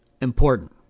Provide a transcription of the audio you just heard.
important